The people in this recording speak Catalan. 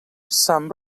sant